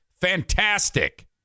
Fantastic